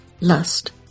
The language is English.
lust